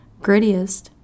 grittiest